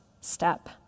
step